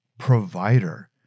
provider